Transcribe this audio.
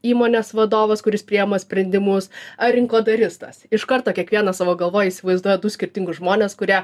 įmonės vadovas kuris priima sprendimus ar rinkodaristas iš karto kiekvienas savo galvoj įsivaizduoja du skirtingus žmones kurie